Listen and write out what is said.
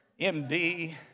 MD